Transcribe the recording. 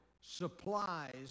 supplies